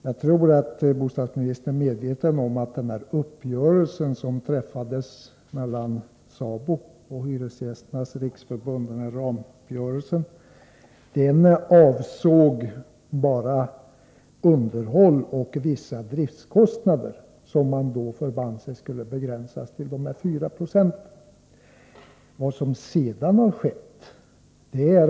Jag tror att bostadsministern är medveten om att den ramuppgörelse som träffades mellan SABO och Hyresgästernas riksförbund bara avsåg underhåll och vissa driftkostnader som parterna förband sig skulle begränsas till 4 96.